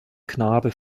knabe